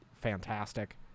fantastic